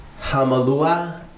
Hamalua